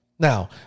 Now